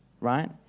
right